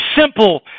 simple